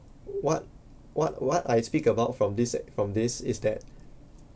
what what what I speak about from this from this is that